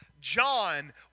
John